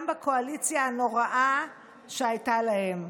גם בקואליציה הנוראה שהייתה להם.